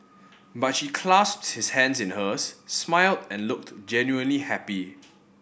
but she clasped his hands in hers smiled and looked genuinely happy